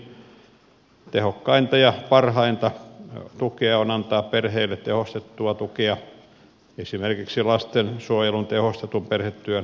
tehokkainta ja parhainta tukea on antaa perheille tehostettua tukea esimerkiksi lastensuojelun tehostetun perhetyön avulla